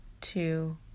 two